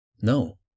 No